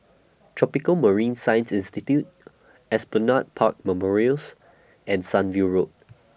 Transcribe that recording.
Tropical Marine Science Institute Esplanade Park Memorials and Sunview Road